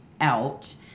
out